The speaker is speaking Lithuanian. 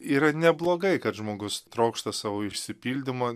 yra neblogai kad žmogus trokšta savo išsipildymo